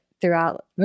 throughout